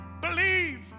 Believe